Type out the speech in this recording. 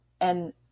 And